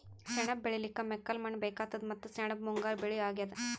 ಸೆಣಬ್ ಬೆಳಿಲಿಕ್ಕ್ ಮೆಕ್ಕಲ್ ಮಣ್ಣ್ ಬೇಕಾತದ್ ಮತ್ತ್ ಸೆಣಬ್ ಮುಂಗಾರ್ ಬೆಳಿ ಅಗ್ಯಾದ್